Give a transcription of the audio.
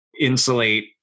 insulate